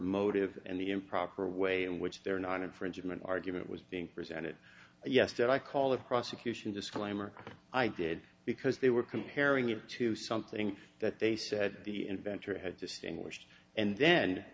motive and the improper way in which they're not an infringement argument was being presented yesterday i call the prosecution disclaimer i did because they were comparing it to something that they said the inventor had distinguished and then